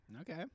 Okay